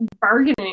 bargaining